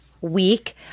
week